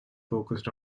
focused